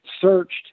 searched